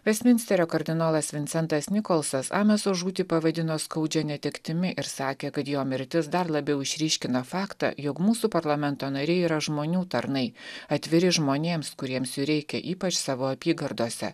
vestminsterio kardinolas vincentas nikolsonas ameso žūtį pavadino skaudžia netektimi ir sakė kad jo mirtis dar labiau išryškina faktą jog mūsų parlamento nariai yra žmonių tarnai atviri žmonėms kuriems jų reikia ypač savo apygardose